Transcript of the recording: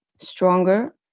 stronger